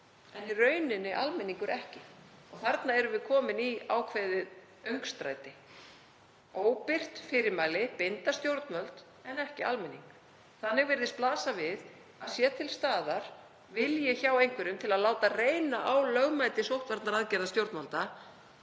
en í rauninni almenningur ekki. Þarna erum við komin í ákveðið öngstræti. Óbirt fyrirmæli binda stjórnvöld en ekki almenning. Þannig virðist blasa við að sé til staðar vilji hjá einhverjum til að láta reyna á lögmæti sóttvarnaaðgerða stjórnvalda